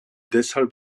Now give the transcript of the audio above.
deshalb